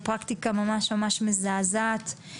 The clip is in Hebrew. פרקטיקה ממש ממש מזעזעת.